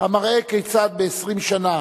המראה כיצד ב-20 שנה